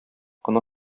кына